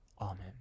Amen